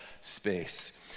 space